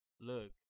Look